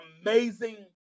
amazing